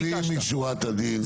לפנים משורת הדין,